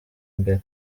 imbere